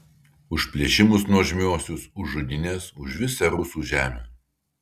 už plėšimus nuožmiuosius už žudynes už visą rusų žemę